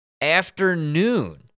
afternoon